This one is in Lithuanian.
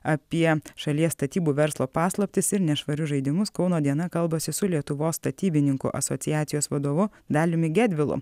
apie šalies statybų verslo paslaptis ir nešvarius žaidimus kauno diena kalbasi su lietuvos statybininkų asociacijos vadovu daliumi gedvilu